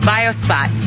Biospot